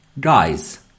guys